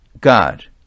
God